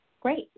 Great